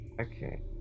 Okay